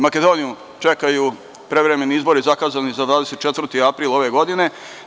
Makedoniju takođe čekaju prevremeni izbori zakazani za 24. april ove godine.